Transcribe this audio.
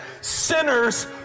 sinners